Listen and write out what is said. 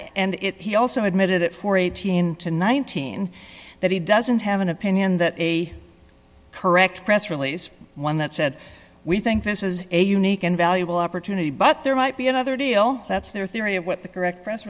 and if he also admitted it for eighteen dollars to nineteen dollars that he doesn't have an opinion that a correct press release one that said we think this is a unique and valuable opportunity but there might be another deal that's their theory of what the correct press